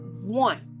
one